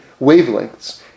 wavelengths